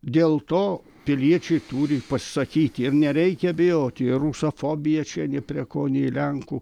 dėl to piliečiai turi pasisakyti ir nereikia bijoti rusafobija čia ne prie ko nei lenkų